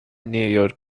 نیویورک